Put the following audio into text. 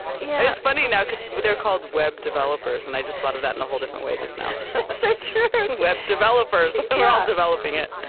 yeah it's funny, now because they're called web developers, and i just thought of that in a whole different way just now. it's so true web developers. we're all developing it